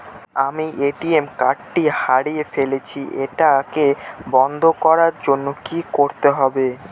আমি ATM card টি হারিয়ে ফেলেছি এটাকে বন্ধ করার জন্য কি করতে হবে?